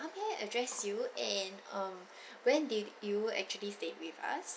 how may I address you and um when did you actually stayed with us